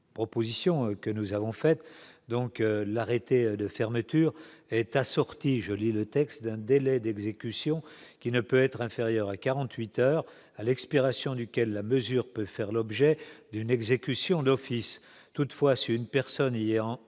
proposition que nous avons fait donc l'arrêté de fermeture est assortie, je lis le texte d'un délai d'exécution qui ne peut être inférieur à 48 heures, à l'expiration duquel la mesure peut faire l'objet d'une exécution d'office toutefois sur une personne ayant il